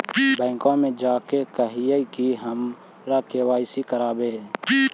बैंकवा मे जा के कहलिऐ कि हम के.वाई.सी करईवो?